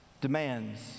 demands